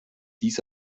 dies